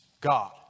God